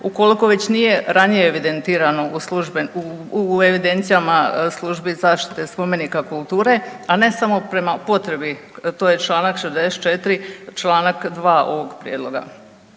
ukoliko već nije ranije evidentirano u evidencijama službi zaštite spomenika kulture, a ne samo prema potrebi to je članak 64., … 2 ovoga prijedloga.